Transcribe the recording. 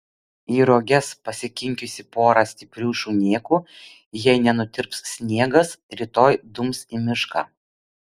į roges pasikinkiusi porą stiprių šunėkų jei nenutirps sniegas rytoj dums į mišką